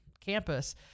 campus